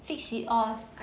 fix the off